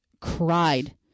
cried